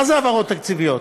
מה זה העברות תקציביות?